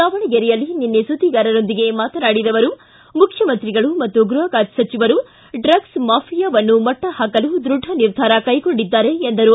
ದಾವಣಗೆರೆಯಲ್ಲಿ ನಿನ್ನೆ ಸುದ್ದಿಗಾರರೊಂದಿಗೆ ಮಾತನಾಡಿದ ಅವರು ಮುಖ್ಯಮಂತ್ರಿಗಳು ಮತ್ತು ಗೃಪ ಖಾತೆ ಸಚಿವರು ಡ್ರಗ್ನ್ ಮಾಫಿಯಾವನ್ನು ಮಟ್ಟಹಾಕಲು ದ್ವಢ ನಿರ್ಧಾರ ಕೈಗೊಂಡಿದ್ದಾರೆ ಎಂದರು